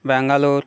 Bangalore